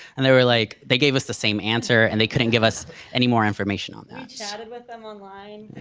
and they were like, they gave us the same answer, and they couldn't give us any more information on that. we chatted with them online